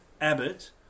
Abbott